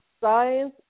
science